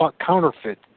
counterfeit